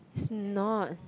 it's not